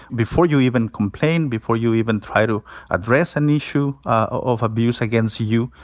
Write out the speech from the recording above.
before you even complain, before you even try to address an issue of abuse against you,